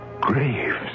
Graves